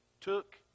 took